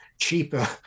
cheaper